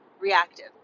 reactive